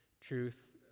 truth